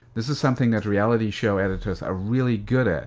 this is something that reality show editors are really good at.